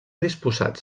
disposats